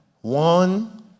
one